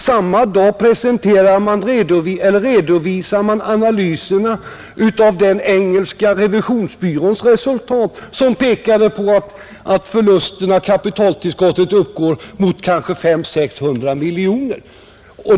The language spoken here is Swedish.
Och samma dag redovisades analyserna av den engelska revisionsbyråns resultat, som pekade på att förlusterna och behovet av kapitaltillskott uppgick till 500 å 600 miljoner.